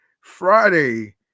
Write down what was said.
Friday